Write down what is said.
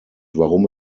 warum